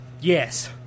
yes